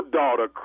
daughter